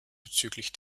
bezüglich